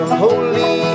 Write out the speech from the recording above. holy